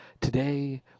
Today